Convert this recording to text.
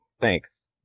thanks